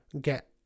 get